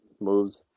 moves